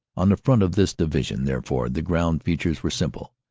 on the front of this division, therefore, the ground feat ures were simple.